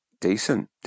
Decent